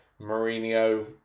Mourinho